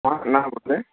ஆ என்ன பண்ணுது